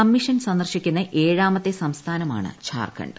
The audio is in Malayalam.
കമ്മീഷൻ സന്ദർശിക്കുന്ന ഏഴാമത്തെ സംസ്ഥാനമാണ് ജാർഖണ്ഡ്